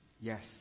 Yes